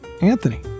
Anthony